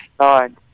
God